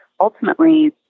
ultimately